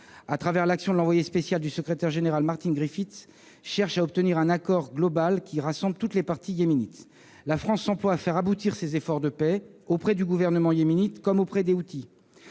au travers de l'action de l'envoyé spécial du secrétaire général, Martin Griffiths, cherche à obtenir un accord global rassemblant toutes les parties yéménites. La France s'emploie à faire aboutir ces efforts de paix, auprès tant du gouvernement yéménite que des Houthis